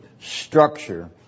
structure